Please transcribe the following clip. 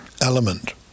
element